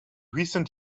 recent